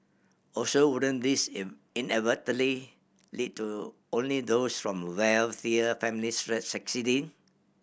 also wouldn't this inadvertently lead to only those from wealthier families succeeding